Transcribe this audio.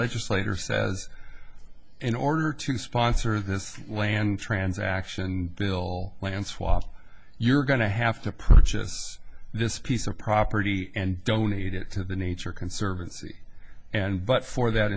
legislator says in order to sponsor this land transaction bill land swaps you're going to have to purchase this piece of property and donate it to the nature conservancy and but for that